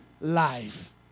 life